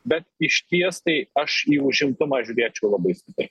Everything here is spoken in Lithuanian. bet išties tai aš į užimtumą žiūrėčiau labai stipriai